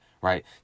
right